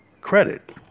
credit